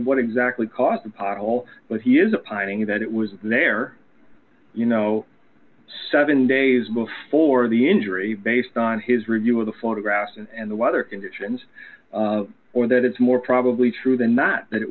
what exactly caused the pothole but he is pining that it was there you know seven days before the injury based on his review of the photographs and the weather conditions or that it's more probably true than not that it